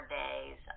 days